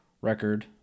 record